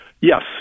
yes